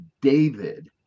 David